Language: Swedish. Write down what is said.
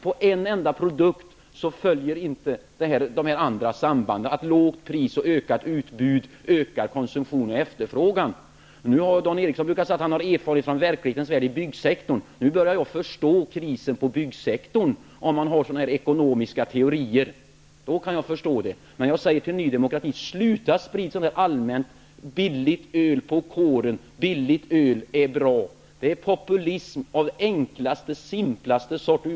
För en enda produkt gäller inte sambandet att lågt pris och ökat utbud ökar konsumtion och efterfrågan. Dan Eriksson brukar säga att han har erfarenhet från verklighetens värld i byggsektorn. Nu börjar jag förstå krisen i byggsektorn, om man har sådana ekonomiska teorier. Men jag säger till Ny demokrati: Sluta att sprida paroller som Allmänt billigt öl på kåren, Billigt öl är bra! Det är populism av enklaste, simplaste sort.